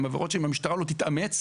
הן עבירות שאם המשטרה לא תתאמץ,